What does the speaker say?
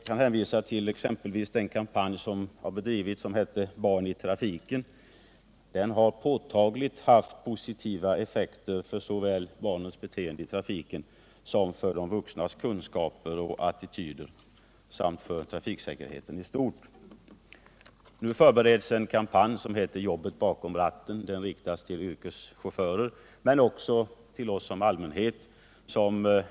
Jag hänvisar exempelvis till kampanjen ”Barn i trafiken”. Den har haft påtagligt positiva effekter såväl när det gäller barnens beteende i trafiken som i fråga om de vuxnas kunskaper och attityder samt för trafiksäkerheten i stort. Nu förbereds en kampanj som heter ”Jobbet bakom ratten”. Den riktas till yrkeschaufförer men också till oss som allmänhet.